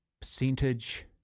percentage